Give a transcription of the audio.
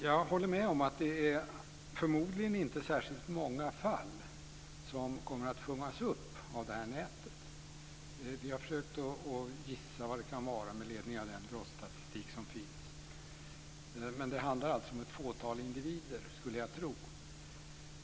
Jag håller med om att det förmodligen inte är särskilt många fall som kommer att fångas upp av det här nätet. Vi har försökt att gissa hur många det kan bli med hjälp av den brottsstatistik som finns. Men det handlar alltså om ett fåtal individer, skulle jag tro.